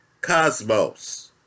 Cosmos